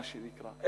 מה שנקרא,